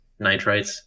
nitrites